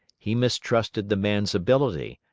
he mistrusted the man's ability,